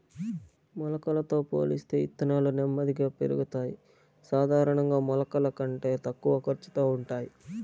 మొలకలతో పోలిస్తే ఇత్తనాలు నెమ్మదిగా పెరుగుతాయి, సాధారణంగా మొలకల కంటే తక్కువ ఖర్చుతో ఉంటాయి